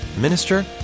Minister